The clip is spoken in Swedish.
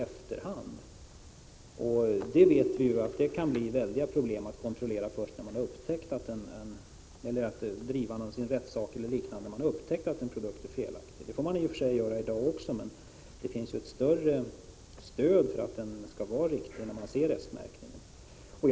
Men vi vet att det kan bli väldiga problem att kontrollera eller att driva en rättssak först när man har upptäckt att en produkt är felaktig. Så förhåller det sig i och för sig i dag också, men det finns ett större stöd för att produkten skall vara riktig när den är försedd med S-märkningen.